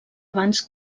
abans